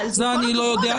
זה אני לא יודע.